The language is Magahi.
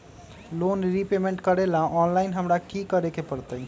लोन रिपेमेंट करेला ऑनलाइन हमरा की करे के परतई?